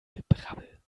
gebrabbel